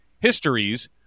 Histories